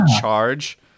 charge